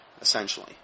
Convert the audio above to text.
essentially